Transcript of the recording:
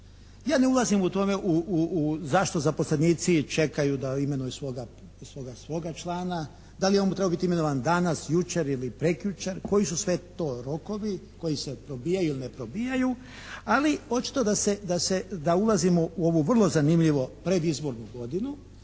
Ja ne ulazim u to zašto zaposlenici čekaju da imenuju svoga člana. Da li je on trebao biti imenovan danas, jučer ili prekjučer, koji su to sve rokovi koji se probijaju ili ne probijaju, ali očito da ulazimo u ovu vrlo zanimljivo predizbornu godinu